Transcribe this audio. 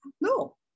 no